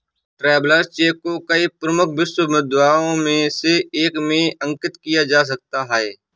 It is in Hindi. ट्रैवेलर्स चेक को कई प्रमुख विश्व मुद्राओं में से एक में अंकित किया जा सकता है